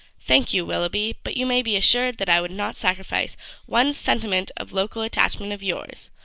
thank you, willoughby. but you may be assured that i would not sacrifice one sentiment of local attachment of yours,